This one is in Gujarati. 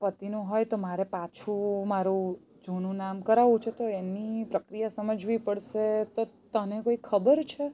પતિનું હોય તો મારે પાછું મારું જૂનું નામ કરાવવું છે તો એની પ્રક્રિયા સમજવી પડશે તો તને કંઈ ખબર છે